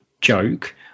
joke